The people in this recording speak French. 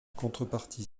contreparties